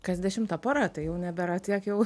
kas dešimta pora tai jau nebėra tiek jau